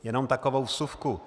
Jenom takovou vsuvku.